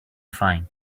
fine